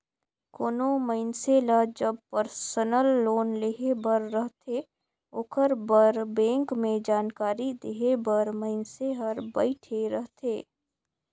कोनो मइनसे ल जब परसनल लोन लेहे बर रहथे ओकर बर बेंक में जानकारी देहे बर मइनसे हर बइठे रहथे